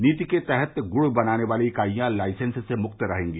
नीति के तहत गुड़ बनाने वाली इकाईयां लाइसेंस से मुक्त रहेंगी